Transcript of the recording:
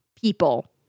people